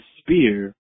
spear